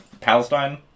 Palestine